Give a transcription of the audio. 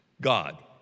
God